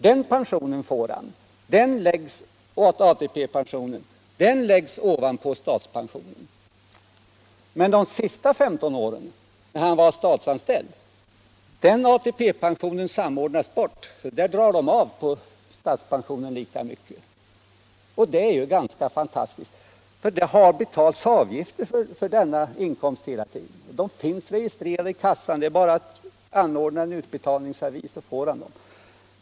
Denna ATP-pension läggs ovanpå statspensionen. Men ATP-pensionen från de sista 15 åren, när han var statsanställd, samordnas bort; det dras av lika mycket på statspensionen. Det är ju ganska fantastiskt, för det har betalats avgifter för denna inkomst hela tiden. Pengarna finns registrerade i kassan; det är bara att anordna en utbetalningsavi, så får han dem.